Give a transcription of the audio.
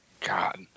God